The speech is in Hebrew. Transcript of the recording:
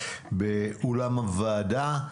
באולם הוועדה.